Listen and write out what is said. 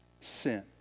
sin